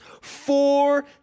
four